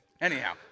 Anyhow